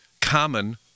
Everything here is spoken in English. common